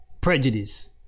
prejudice